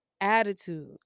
attitude